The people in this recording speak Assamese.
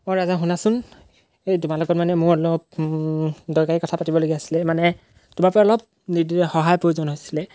অঁ ৰাজা শুনাচোন এই তোমাৰ লগত মানে মোৰ অলপ দৰকাৰী কথা পাতিবলগীয়া আছিলে মানে তোমাৰপৰা অলপ নিৰ্দি সহায়ৰ প্ৰয়োজন হৈছিলে